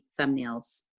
thumbnails